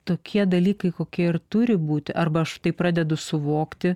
tokie dalykai kokie ir turi būti arba aš tai pradedu suvokti